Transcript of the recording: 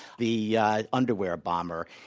the yeah underwear bomber.